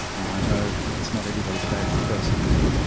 and i know it's not everybody's favorite person but,